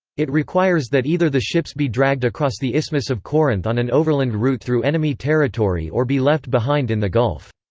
it requires that either the ships be dragged across the isthmus of corinth on an overland route through enemy territory or be left behind in the gulf.